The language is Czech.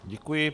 Děkuji.